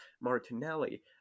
Martinelli